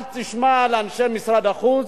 אל תשמע לאנשי משרד החוץ,